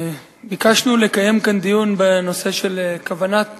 ביקשנו לקיים כאן דיון בנושא של כוונת